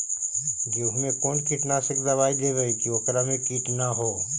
गेहूं में कोन कीटनाशक दबाइ देबै कि ओकरा मे किट न हो?